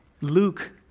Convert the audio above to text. Luke